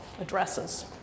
addresses